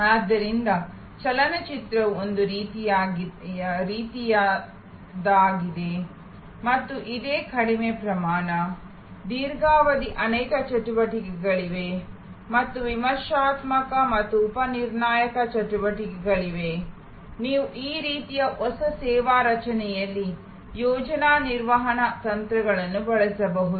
ಆದ್ದರಿಂದ ಚಲನಚಿತ್ರವು ಒಂದು ರೀತಿಯದ್ದಾಗಿದೆ ಮತ್ತು ಇದು ಕಡಿಮೆ ಪ್ರಮಾಣ ದೀರ್ಘಾವಧಿ ಅನೇಕ ಚಟುವಟಿಕೆಗಳಿವೆ ಮತ್ತು ವಿಮರ್ಶಾತ್ಮಕ ಮತ್ತು ಉಪ ನಿರ್ಣಾಯಕ ಚಟುವಟಿಕೆಗಳಿವೆ ನೀವು ಈ ರೀತಿಯ ಹೊಸ ಸೇವಾ ರಚನೆಯಲ್ಲಿ ಯೋಜನಾ ನಿರ್ವಹಣಾ ತಂತ್ರಗಳನ್ನು ಬಳಸಬಹುದು